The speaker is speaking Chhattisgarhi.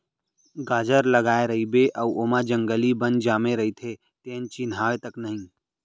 गाजर लगाए रइबे अउ ओमा जंगली बन जामे रइथे तेन चिन्हावय तक नई